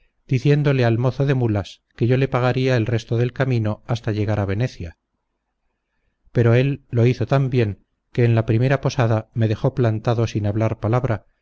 diciéndole al mozo de mulas que yo le pagaría el resto del camino hasta llegar a venecia pero él lo hizo tan bien que en la primera posada me dejó plantado sin hablar palabra